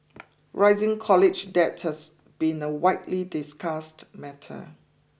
rising college debt has been a widely discussed matter